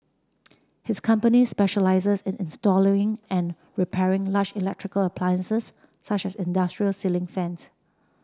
his company specialises in and repairing large electrical appliances such as industrial ceiling